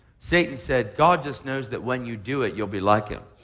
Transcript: satan said god just knows that when you do it, you'll be like him.